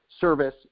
service